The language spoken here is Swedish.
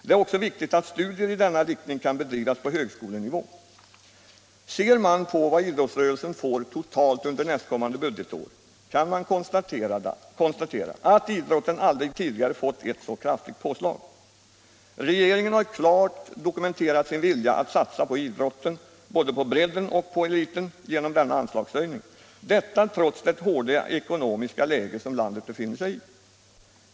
Det är också viktigt att studier i denna riktning kan bedrivas på högskolenivå. Ser man på vad idrottsrörelsen får totalt under nästkommande budgetår kan man konstatera att idrotten aldrig tidigare fått ett så kraftigt påslag. Regeringen har klart dokumenterat sin vilja att satsa på idrotten, både på bredden och på eliten, genom denna anslagshöjning — detta trots det hårda ekonomiska läge som landet befinner sig i.